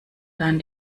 dann